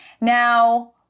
Now